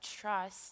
trust